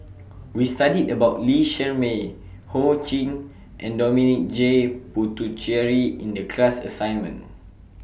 We studied about Lee Shermay Ho Ching and Dominic J Puthucheary in The class assignment